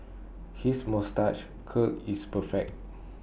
his moustache curl is perfect